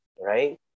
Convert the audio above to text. right